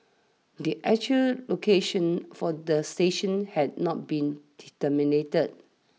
the actual locations for the stations had not been determined